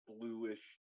bluish